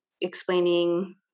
explaining